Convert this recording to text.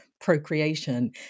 procreation